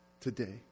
today